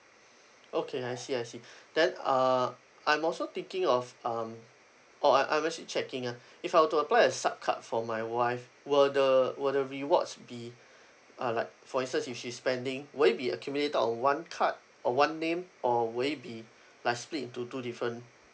okay I see I see then uh I'm also thinking of um oh I I'm actually checking ah if I were to apply a sub card for my wife will the will the rewards be uh like for instance if she's spending would it be accumulate on one card or one name or would it be like split into two different